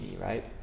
right